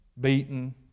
beaten